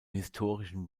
historischen